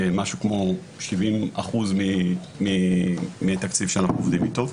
משהו כמו 70% מהתקציב שאנחנו עובדים איתו.